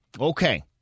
Okay